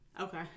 Okay